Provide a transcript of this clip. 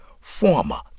former